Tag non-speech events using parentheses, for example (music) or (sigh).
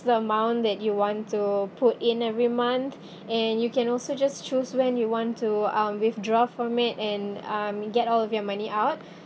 the amount that you want to put in every month (breath) and you can also just choose when you want to um withdraw from it and um get all of your money out (breath)